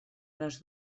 les